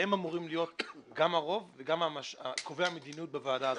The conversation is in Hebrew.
והם אמורים להיות גם הרוב וגם קובעי המדיניות בוועדה.